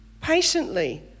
patiently